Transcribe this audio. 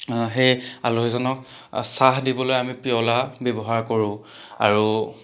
সেই আলহীজনক চাহ দিবলৈ আমি পিয়লা ব্যৱহাৰ কৰো আৰু